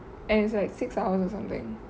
and it's like six hours or something